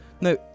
No